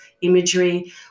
imagery